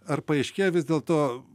ar paaiškėja vis dėlto